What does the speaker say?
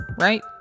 Right